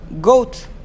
goat